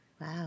Wow